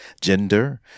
gender